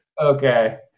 Okay